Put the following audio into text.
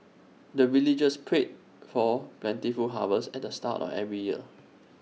the villagers pray for plentiful harvest at the start of every year